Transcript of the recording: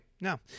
No